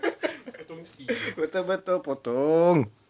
betul-betul potong